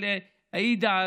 עאידה.